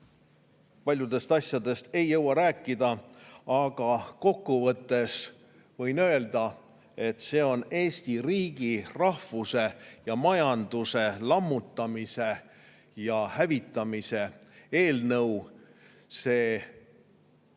Paljudest asjadest ei jõua rääkida, aga kokkuvõttes võin öelda, et see on Eesti riigi ja majanduse, eesti rahvuse lammutamise ja hävitamise eelnõu. See